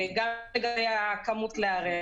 אם זה לגבי כמות כלי הרכב,